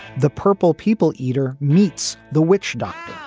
the purple people eater meets the witch